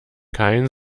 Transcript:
kein